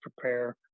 prepare